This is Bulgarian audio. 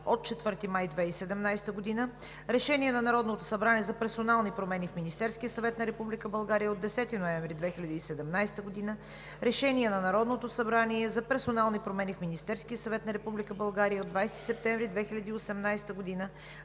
от 4 май 2017 г.; Решение на Народното събрание за персонални промени в Министерския съвет на Република България от 10 ноември 2017 г.; Решение на Народното събрание за персонални промени в Министерския съвет на Република България от 20 септември 2018 г.;